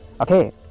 okay